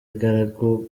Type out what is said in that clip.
ingaragu